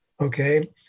okay